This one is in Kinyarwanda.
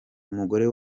umugore